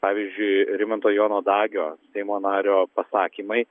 pavyzdžiui rimanto jono dagio seimo nario pasakymai